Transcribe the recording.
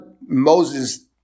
Moses